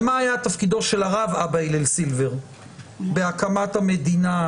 ומה היה תפקידו של הרב אבא הלל סילבר בהקמת המדינה,